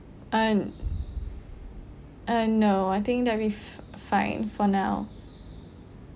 um uh no I think that'll be f~ fine for now